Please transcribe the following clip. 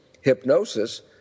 Hypnosis